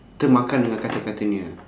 termakan dengan kata-katanya